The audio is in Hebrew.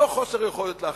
מתוך חוסר יכולת להחליט,